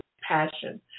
passion